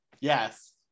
yes